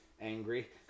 angry